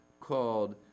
called